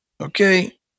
Okay